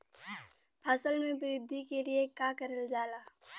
फसल मे वृद्धि के लिए का करल जाला?